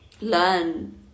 learn